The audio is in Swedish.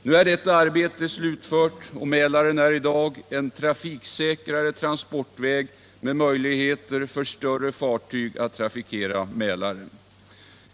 Nu är detta arbete slutfört, och Mälaren är i dag en tra 211 fiksäkrare transportväg med möjligheter för större fartyg att trafikera sjön.